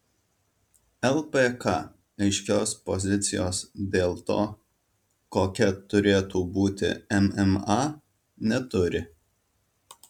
lpk aiškios pozicijos dėl to kokia turėtų būti mma neturi